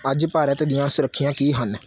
ਅੱਜ ਭਾਰਤ ਦੀਆਂ ਸੁਰਖੀਆਂ ਕੀ ਹਨ